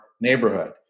neighborhood